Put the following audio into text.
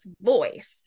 voice